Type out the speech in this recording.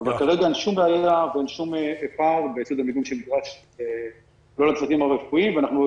אין שום בעיה ואין שום --- עוד יותר מזה,